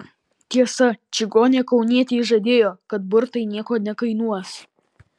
tiesa čigonė kaunietei žadėjo kad burtai nieko nekainuos